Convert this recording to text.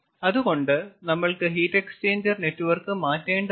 അതുകൊണ്ട് നമ്മൾക്ക് heat exchanger network മാറ്റേണ്ടതുണ്ട്